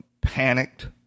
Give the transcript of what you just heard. panicked